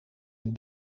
een